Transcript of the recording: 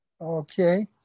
Okay